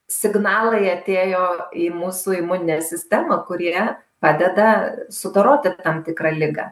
signalai atėjo į mūsų imuninę sistemą kurie padeda sudoroti tam tikrą ligą